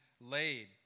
laid